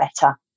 better